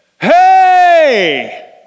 hey